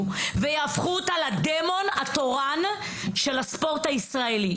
ויהפכו אותה לדמון התורן של הספורט הישראלי.